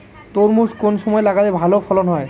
তরমুজ কোন সময় লাগালে ভালো ফলন হয়?